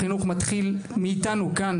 החינוך מתחיל מאיתנו כאן,